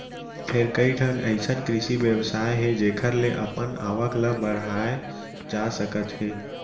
फेर कइठन अइसन कृषि बेवसाय हे जेखर ले अपन आवक ल बड़हाए जा सकत हे